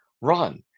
run